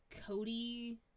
cody